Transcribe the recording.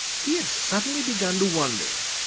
he had suddenly begun to wonder.